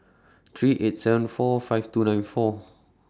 three eight seven four five two nine four